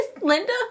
Linda